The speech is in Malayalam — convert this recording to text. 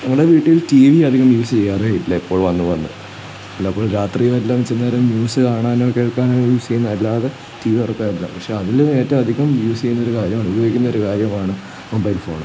ഞങ്ങളുടെ വീട്ടിൽ ടി വി അധികം യൂസ് ചെയ്യാറേ ഇല്ല ഇപ്പോൾ വന്ന് വന്ന് ചിലപ്പോൾ രാത്രിയെല്ലം ചില നേരം ന്യൂസ് കാണാനോ കേൾക്കാനോ യൂസ് ചെയ്യുന്നതല്ലാതെ ടി വി തുറക്കാറില്ല പക്ഷേ അതിലും ഏറ്റധികം യൂസ് ചെയ്യുന്നൊരു കാര്യമാണ് ഉപയോഗിക്കുന്നൊരു കാര്യമാണ് മൊബൈൽ ഫോണ്